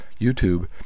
YouTube